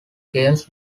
games